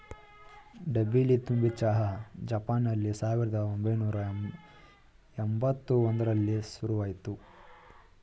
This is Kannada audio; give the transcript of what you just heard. ಡಬ್ಬಿಲಿ ತುಂಬಿದ್ ಚಹಾ ಜಪಾನ್ನಲ್ಲಿ ಸಾವಿರ್ದ ಒಂಬೈನೂರ ಯಂಬತ್ ಒಂದ್ರಲ್ಲಿ ಶುರುಆಯ್ತು